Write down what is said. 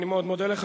אני מאוד מודה לך.